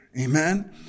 Amen